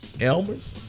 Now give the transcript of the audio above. Elmer's